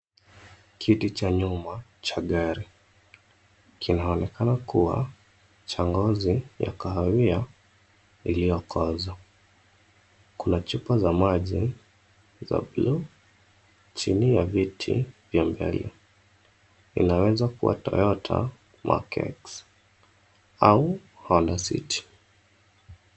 Kiti cha nyuma cha gari kinaonekana kuwa cha ngozi ya kahawia iliyokoza. Kuna chupa za maji za buluu chini ya viti vya mbele. Inaweza kuwa cs[Toyota mark x]cs au cs[Honda city]cs.